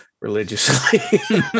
Religiously